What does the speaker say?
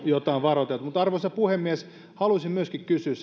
jota on varoiteltu arvoisa puhemies haluaisin myöskin kysyä